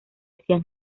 hacían